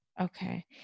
Okay